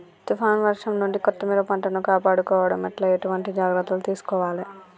తుఫాన్ వర్షం నుండి కొత్తిమీర పంటను కాపాడుకోవడం ఎట్ల ఎటువంటి జాగ్రత్తలు తీసుకోవాలే?